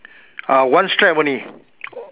uh one stripe only